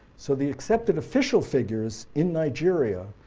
so the accepted official figures, in nigeria,